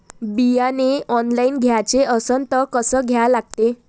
बियाने ऑनलाइन घ्याचे असन त कसं घ्या लागते?